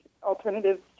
Alternatives